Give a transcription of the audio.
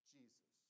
Jesus